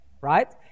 right